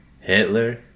Hitler